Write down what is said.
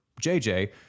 JJ